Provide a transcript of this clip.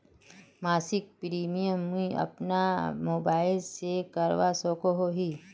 मासिक प्रीमियम मुई अपना मोबाईल से करवा सकोहो ही?